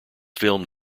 filmed